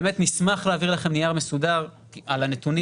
באמת נשמח להעביר לכם נייר מסודר על הנתונים,